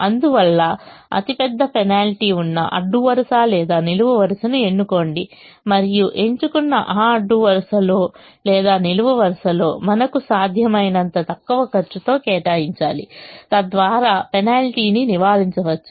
అందువల్ల అతిపెద్ద పెనాల్టీ ఉన్న అడ్డు వరుస లేదా నిలువు వరుసను ఎన్నుకోండి మరియు ఎంచుకున్న ఆ అడ్డు వరుసలో లేదా నిలువు వరుసలో మనకు సాధ్యమైనంత తక్కువ ఖర్చుతో కేటాయించాలి తద్వారా పెనాల్టీని నివారించవచ్చు